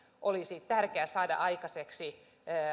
olisi tärkeä saada aikaiseksi